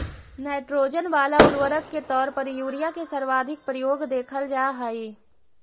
nitrogen वाला उर्वरक के तौर पर यूरिया के सर्वाधिक प्रयोग देखल जा हइ